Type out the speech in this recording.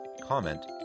comment